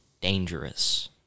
dangerous